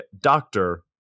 doctor